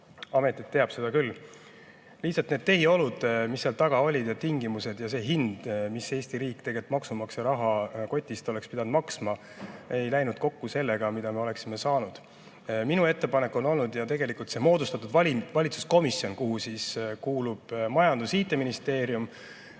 ametit, teab seda küll. Lihtsalt need tehiolud, mis seal taga olid, ja tingimused ja see hind, mis Eesti riik maksumaksja rahakotist oleks pidanud maksma, ei läinud kokku sellega, mida me oleksime saanud. Minu ettepanek on olnud selline ja tegelikult sellel moodustatud valitsuskomisjonil, kuhu kuuluvad majandus- ja IT-ministeerium,